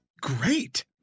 great